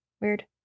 Weird